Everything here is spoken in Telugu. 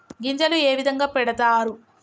గింజలు ఏ విధంగా పెడతారు?